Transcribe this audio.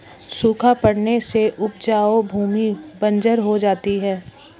सूखा पड़ने से उपजाऊ भूमि बंजर हो जाती है